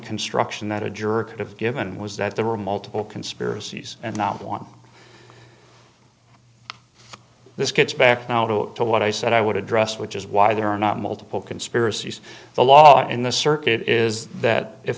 construction that a jerk have given was that there were multiple conspiracies and not one this gets back now to what i said i would address which is why there are not multiple conspiracies the law in the circuit is that if